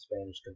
spanish